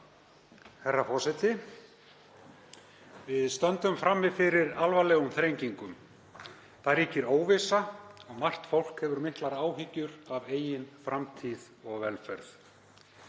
Herra forseti. Við stöndum frammi fyrir alvarlegum þrengingum. Það ríkir óvissa og margt fólk hefur miklar áhyggjur af eigin framtíð og velferð.